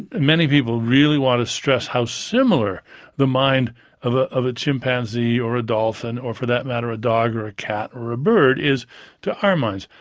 many people really want to stress how similar the mind of a of a chimpanzee, or a dolphin, or for that matter a dog or a cat or a bird, is to our minds.